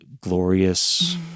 glorious